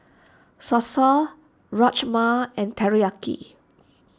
Salsa Rajma and Teriyaki